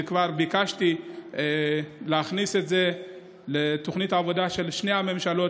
וכבר ביקשתי להכניס את זה לתוכנית העבודה של שתי הממשלות,